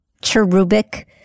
cherubic